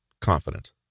confident